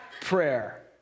prayer